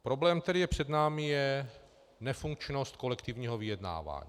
Problém, který je před námi, je nefunkčnost kolektivního vyjednávání.